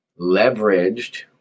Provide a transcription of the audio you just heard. leveraged